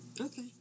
Okay